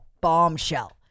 bombshell